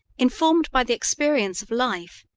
informed by the experience of life,